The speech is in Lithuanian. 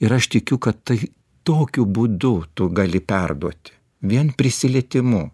ir aš tikiu kad tai tokiu būdu tu gali perduoti vien prisilietimu